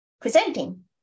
presenting